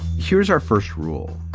here's our first rule,